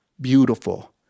beautiful